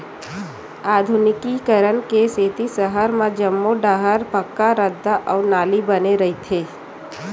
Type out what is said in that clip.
आधुनिकीकरन के सेती सहर म जम्मो डाहर पक्का रद्दा अउ नाली बने रहिथे